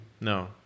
No